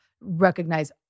recognize